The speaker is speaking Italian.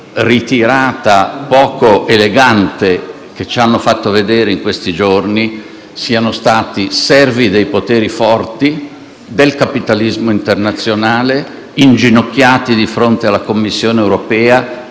ritirata poco elegante che ci hanno fatto vedere in questi giorni siano stati servi dei poteri forti, del capitalismo internazionale, inginocchiati di fronte alla Commissione europea